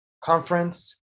conference